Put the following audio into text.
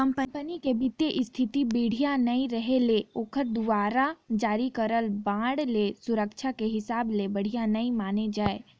company के बित्तीय इस्थिति बड़िहा नइ रहें ले ओखर दुवारा जारी करल बांड ल सुरक्छा के हिसाब ले बढ़िया नइ माने जाए